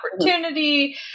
opportunity